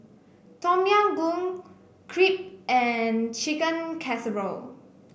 Tom Yam Goong Crepe and Chicken Casserole